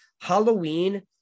Halloween